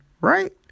right